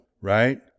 right